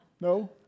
No